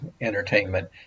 entertainment